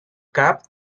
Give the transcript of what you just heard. cab